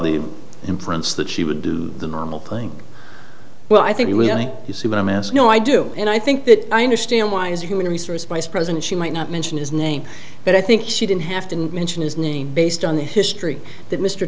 the inference that she would do the normal thing well i think you see what i'm asking you i do and i think that i understand why as a human resource vice president she might not mention his name but i think she didn't have to mention his name based on the history that mr